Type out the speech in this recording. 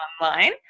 online